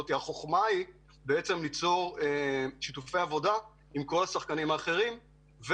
החוכמה היא ליצור שיתופי פעולה עם שאר הגורמים ולבנות